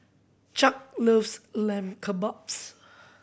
Chuck loves Lamb Kebabs